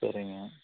சரிங்க